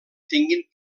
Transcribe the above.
tinguin